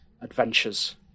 adventures